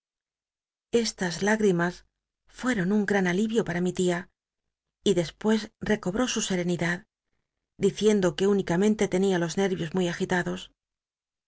í gimas fueron un gran alivio para mi tia y dcspucs recobró su serenidad diciendo que únicamente tenía los nervios muy agitados